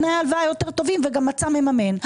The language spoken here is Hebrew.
תנאי הלוואה יותר טובים וגם מצא מממן.